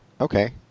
okay